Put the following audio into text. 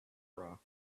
bra